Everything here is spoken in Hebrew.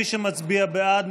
מי שמצביע בעד,